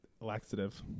laxative